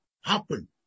happen